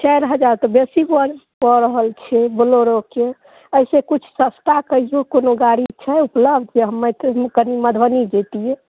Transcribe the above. चारि हजार तऽ बेसी बड़ भऽ रहल छै बोलोरोके एहि से किछु सस्ता कहियो कोनो गाड़ी छै उपलब्ध जे हम मैथिलमे कनी मधुबनी जैतियै